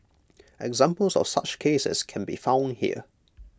examples of such cases can be found here